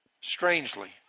strangely